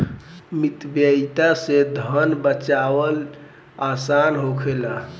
मितव्ययिता से धन बाचावल आसान होखेला